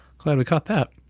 glad we caught that.